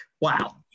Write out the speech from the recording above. Wow